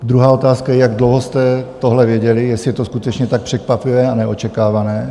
Druhá otázka je, jak dlouho jste tohle věděli, jestli je to skutečně tak překvapivé a neočekávané?